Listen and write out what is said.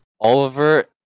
Oliver